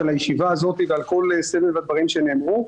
על הישיבה הזאת ועל כל סבב הדברים שנאמרו.